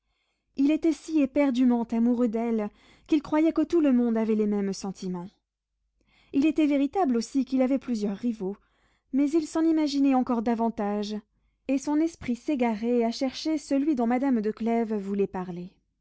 il était si éperdument amoureux d'elle qu'il croyait que tout le monde avait les mêmes sentiments il était véritable aussi qu'il avait plusieurs rivaux mais il s'en imaginait encore davantage et son esprit s'égarait à chercher celui dont madame de clèves voulait parler